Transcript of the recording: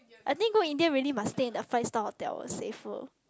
I think go India really must stay in a five star hotel eh safer